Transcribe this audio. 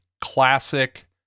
classic